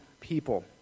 people